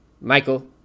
Michael